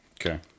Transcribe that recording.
Okay